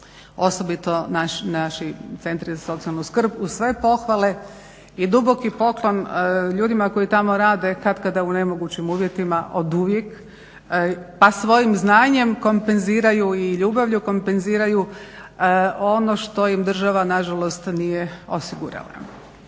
osobito naši centri za socijalnu skrb, uz sve pohvale i duboki poklon ljudima koji tamo rade katkada u nemogućim uvjetima oduvijek, pa svojim znanjem kompenziraju i ljubavlju kompenziraju ono što im država nažalost nije osigurala.